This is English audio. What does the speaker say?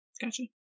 Gotcha